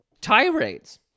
tirades